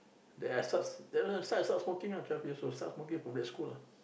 then I start then I start smoking cannot from that school